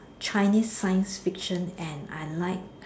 Chinese science fiction and I like